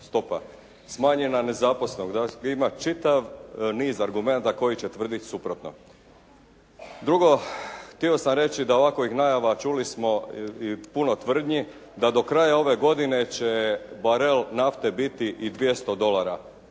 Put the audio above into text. stopa. Smanjena nezaposlenost, ima čitav niz argumenata koji će tvrditi suprotno. Drugo, htio sam reći da ovakovih najava čuli smo i puno tvrdnji da do kraja ove godine će barel nafte biti i 200 dolara.